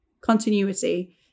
continuity